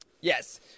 Yes